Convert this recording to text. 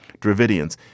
Dravidians